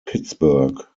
pittsburgh